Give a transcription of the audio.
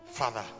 father